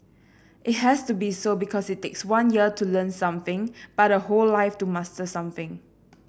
it has to be so because it takes one year to learn something but a whole life to master something